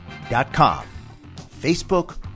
Facebook